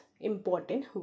important